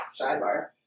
sidebar